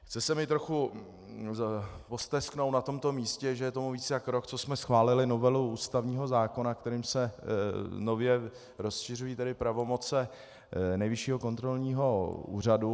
Chce se mi trochu postesknout na tomto místě, že je tomu více jak rok, co jsme schválili novelu ústavního zákona, kterým se nově rozšiřují pravomoci Nejvyššího kontrolního úřadu.